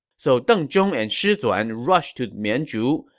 so deng zhong and shi zuan rushed to mianzhu,